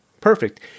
Perfect